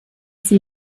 sie